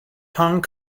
hong